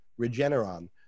Regeneron